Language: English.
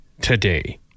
today